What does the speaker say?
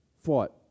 fought